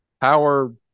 power